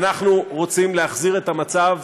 אנחנו רוצים להחזיר את המצב,